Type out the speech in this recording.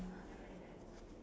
<S?